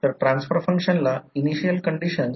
तर जर करंटच्या दिशेने कंडक्टर पकडला तर टर्म संपलेली दिसेल